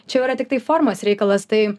čia jau yra tiktai formos reikalas tai